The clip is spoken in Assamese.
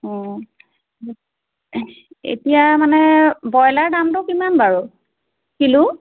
অঁ এতিয়া মানে ব্ৰইলাৰ দামটো কিমান বাৰু কিলো